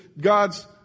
God's